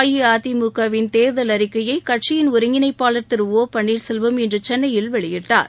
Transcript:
அஇஅதிமுக வின் தேர்தல் அறிக்கையை கட்சியின் ஒருங்கிணைப்பாளர் திரு ஓ பன்னீர்செல்வம் இன்று சென்னையில் வெளியிட்டார்